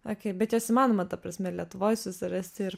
okei bet juos įmanoma ta prasme lietuvoj susirasti ir